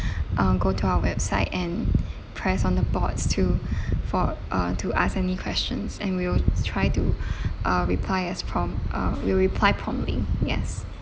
uh go to our website and press on the boards to for uh to ask any questions and we'll try to uh reply as prompt uh will reply promptly yes